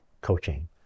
coaching